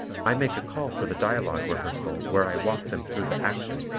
i make a call for the dialogue rehearsal where i walk them through the action,